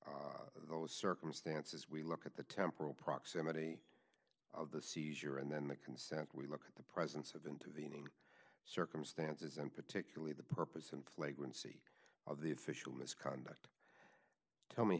by those circumstances we look at the temporal proximity of the seizure and then the consent we look at the presence of the circumstances and particularly the purpose in flagrante of the official misconduct tell me